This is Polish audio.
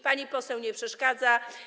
Pani poseł nie przeszkadza.